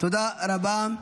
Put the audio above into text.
תודה רבה.